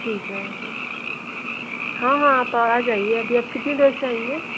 ठीक है ठीक है हाँ हाँ आप आ जाइए अभी आप कितनी देर से आएंगे